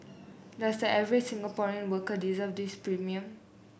does the average Singaporean worker deserve this premium